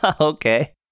Okay